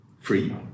free